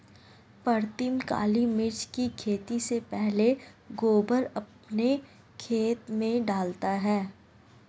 प्रीतम काली मिर्च की खेती से पहले गोबर अपने खेत में डालता है